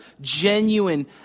genuine